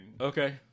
Okay